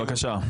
בבקשה.